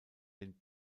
den